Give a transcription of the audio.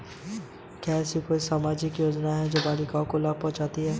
क्या ऐसी कोई सामाजिक योजनाएँ हैं जो बालिकाओं को लाभ पहुँचाती हैं?